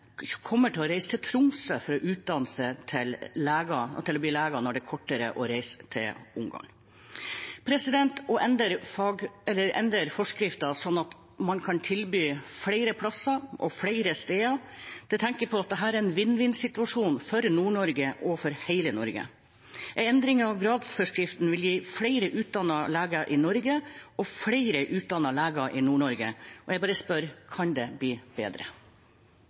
kommer til å reise til Tromsø for å utdanne seg til lege, når det er kortere å reise til Ungarn? Å endre forskriften slik at man kan tilby flere plasser og flere steder, tenker jeg på som en vinn-vinn-situasjon for Nord-Norge og for hele Norge. En endring av gradsforskriften vil gi flere utdannede leger i Norge og flere utdannede leger i Nord-Norge. Jeg bare spør: Kan det bli bedre?